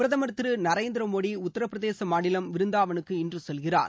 பிரதமா் திரு நரேந்திர மோடி உத்தரப்பிரதேச மாநிலம் விருந்தாவனுக்கு இன்று செல்கிறார்